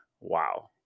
wow